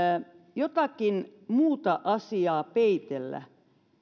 jotakin muuta asiaa peitellä